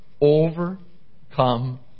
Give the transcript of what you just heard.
overcome